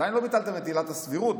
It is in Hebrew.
עדיין לא ביטלתם את עילת הסבירות.